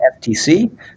FTC